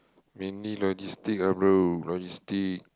mainly logistic ah bro logistic